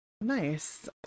Nice